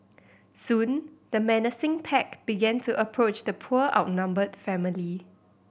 soon the menacing pack began to approach the poor outnumbered family